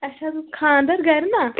اَسہِ حظ اوس خاندر گرِ نا